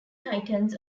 titans